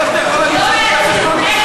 איך זה יכול, היו"ר